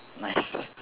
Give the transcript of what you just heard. nice